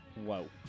Whoa